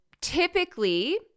Typically